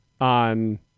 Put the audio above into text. on